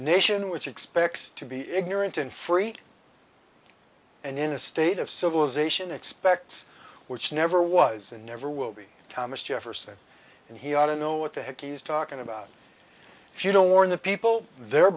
nation which expects to be ignorant and free and in a state of civilization expects which never was and never will be thomas jefferson and he ought to know what the heck he's talking about if you don't warn the people the